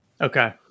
Okay